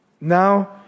Now